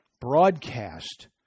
broadcast